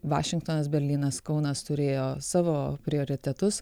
vašingtonas berlynas kaunas turėjo savo prioritetus